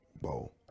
bow